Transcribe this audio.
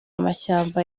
amashyamba